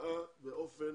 נקבעה באופן